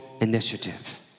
initiative